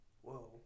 whoa